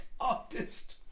artist